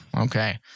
okay